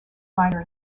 miner